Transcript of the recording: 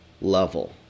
level